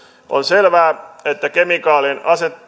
on selvää että kemikaalin